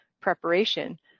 preparation